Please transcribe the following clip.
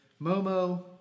Momo